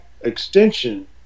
extension